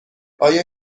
آیا